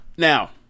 Now